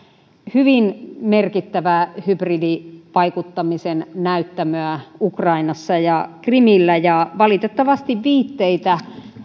hyvin merkittävää hybridivaikuttamisen näyttämöä ukrainassa ja krimillä ja valitettavasti viitteitä